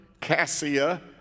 cassia